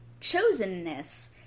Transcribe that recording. chosenness